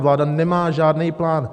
Vláda nemá žádný plán.